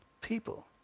people